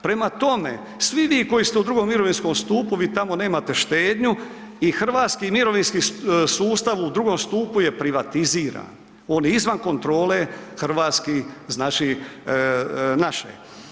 Prema tome, svi vi koji ste u drugom mirovinskom stupu vi tamo nemate štednju i Hrvatski mirovinski sustav u drugom stupu je privatiziran, on je izvan kontrole hrvatskih, znači naše.